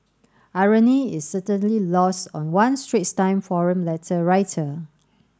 irony is certainly lost on one Straits Times forum letter writer